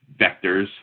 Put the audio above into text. vectors